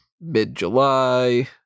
mid-July